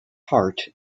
heart